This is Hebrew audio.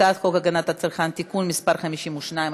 הצעת חוק הגנת הצרכן (תיקון מס' 52),